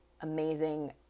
amazing